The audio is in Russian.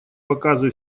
показы